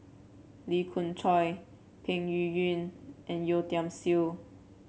Lee Khoon Choy Peng Yuyun and Yeo Tiam Siew